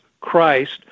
Christ